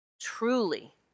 Truly